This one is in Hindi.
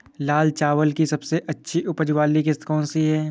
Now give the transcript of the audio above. लाल चावल की सबसे अच्छी उपज वाली किश्त कौन सी है?